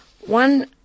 one